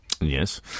Yes